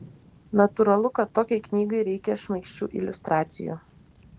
natūralu kad tokiai knygai reikia šmaikščių iliustracijų